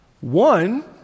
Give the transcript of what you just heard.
One